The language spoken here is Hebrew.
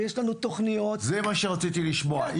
ויש לנו תוכניות --- זה מה שרציתי לשמוע.